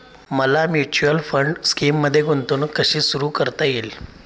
मला mutual fund स्कीममध्ये गुंतवणूक कशी सुरू करता येईल?